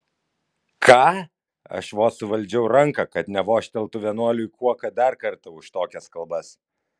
ką aš vos suvaldžiau ranką kad nevožteltų vienuoliui kuoka dar kartą už tokias kalbas